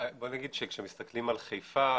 בואי נגיד שכאשר מסתכלים על חיפה,